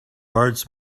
words